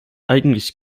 eigentlich